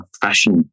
fashion